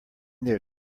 their